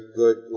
good